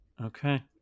Okay